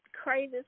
crazy